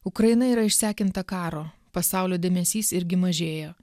ukraina yra išsekinta karo pasaulio dėmesys irgi mažėja